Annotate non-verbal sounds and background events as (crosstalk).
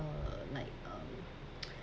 uh like um (noise)